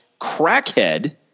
crackhead